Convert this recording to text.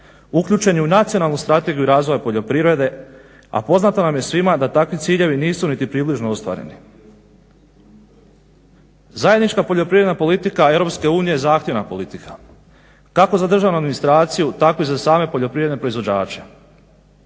uključeni u Nacionalnu strategiju razvoja poljoprivrede, a poznato nam je svima da takvi ciljevi nisu niti približno ostvareni. Zajednička poljoprivredna politika EU je zahtjevna politika kako za državnu administraciju tako i za same poljoprivredne proizvođače.